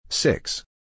Six